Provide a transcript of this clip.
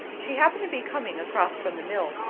she happened to be coming across from the mill,